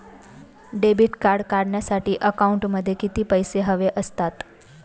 Debit card काढण्यासाठी अकाउंटमध्ये किती पैसे हवे असतात?